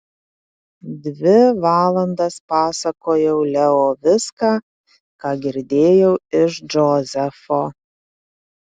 dvi valandas pasakojau leo viską ką girdėjau iš džozefo